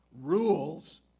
rules